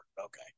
Okay